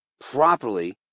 properly